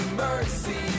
mercy